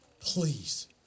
please